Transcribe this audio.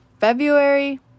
February